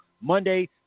Monday